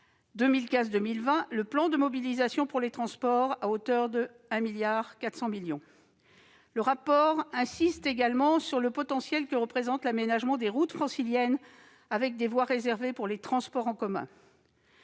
2015-2020, le plan de mobilisation pour les transports. L'auteur du rapport insiste également sur le potentiel que représente l'aménagement des routes franciliennes, avec des voies réservées pour les transports en commun.